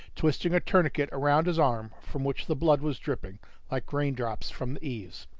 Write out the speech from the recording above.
twisting a tourniquet round his arm, from which the blood was dripping like raindrops from the eaves.